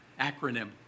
acronym